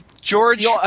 George